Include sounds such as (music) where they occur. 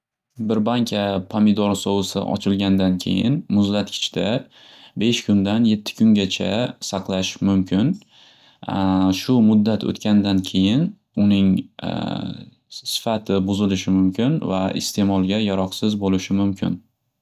Bir banka pamidor sovisi ochilgandan keyin muzlatgichda besh kundan yetti kungacha saqlash mumkin (hesitation) shu muddat o'tgandan keyin uning (hesitation) sifati buzilishi mumkin va iste'molga yaroqsiz bo'lishi mumkin.